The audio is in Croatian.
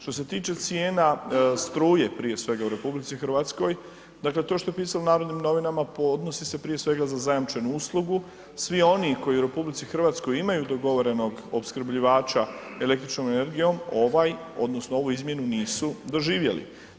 Što se tiče cijena struje prije svega u RH, dakle, to što je pisalo u Narodnim novinama odnosi se prije svega za zajamčenu uslugu, svi oni koji u RH imaju dogovorenog opskrbljivača električnom energijom, ovaj odnosno ovu izmjenu nisu doživjeli.